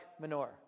manure